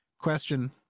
question